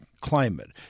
climate